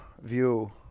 view